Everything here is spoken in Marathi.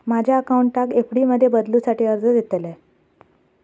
माझ्या अकाउंटाक एफ.डी मध्ये बदलुसाठी अर्ज देतलय